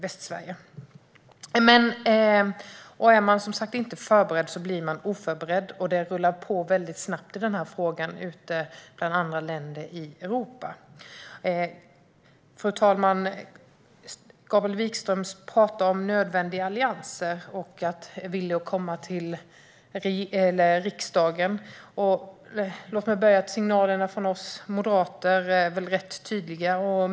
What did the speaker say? Är man inte förberedd blir man oförberedd. Det rullar på väldigt snabbt i den här frågan bland andra länder ute i Europa. Fru talman! Gabriel Wikström pratade om nödvändiga allianser och sa sig villig att komma till riksdagen. Signalerna från oss moderater är väl rätt tydliga.